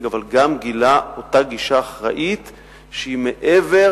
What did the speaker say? אבל גם גילה אותה גישה אחראית שהיא מעבר